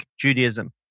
Judaism